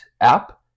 app